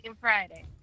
Friday